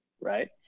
Right